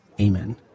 Amen